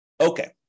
Okay